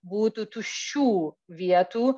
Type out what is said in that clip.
būtų tuščių vietų